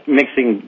mixing